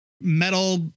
metal